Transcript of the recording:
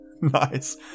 Nice